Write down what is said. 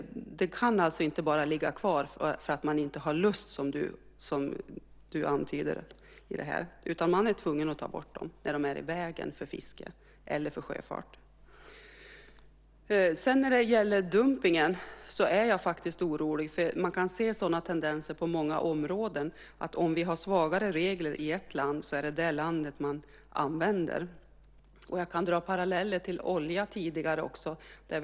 De kan alltså inte bara ligga kvar därför att man inte har lust att göra något, som du antydde här, utan man är tvungen att ta bort fartyg som är i vägen för fisket eller sjöfarten. När det gäller dumpningen är jag faktiskt orolig. På många områden kan man se tendenser till att om det är svagare regler i ett land så används reglerna i det landet. Jag kan dra paralleller till hur det varit med oljan tidigare.